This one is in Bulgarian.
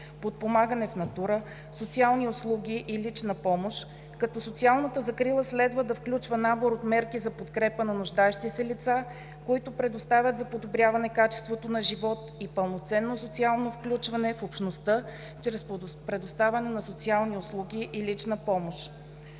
подпомагане в натура, социални услуги и лична помощ, като социалната закрила следва да включва набор от мерки за подкрепа на нуждаещи се лица за подобряване качеството на живот и пълноценно социално включване в общността чрез предоставяне на социални услуги и лична помощ.